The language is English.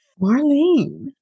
Marlene